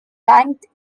ranked